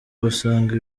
basanga